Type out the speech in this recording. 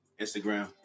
Instagram